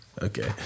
Okay